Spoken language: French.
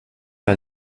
par